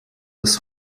des